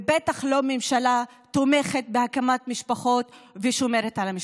ובטח לא ממשלה שתומכת בהקמת משפחות ושומרת על המשפחות.